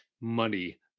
money